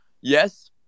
yes